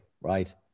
right